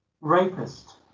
rapist